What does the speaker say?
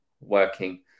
working